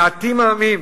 מעטים העמים,